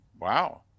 wow